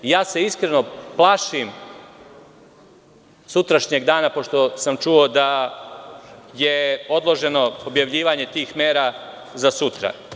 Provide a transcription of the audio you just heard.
Iskreno se plašim sutrašnjeg dana, pošto sam čuo da je odloženo objavljivanje tih mera za sutra.